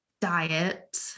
diet